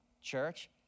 church